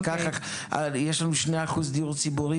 יש לנו 2% דיור ציבורי,